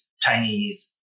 Chinese